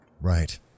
Right